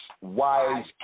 wise